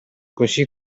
così